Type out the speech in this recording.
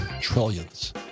trillions